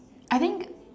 I think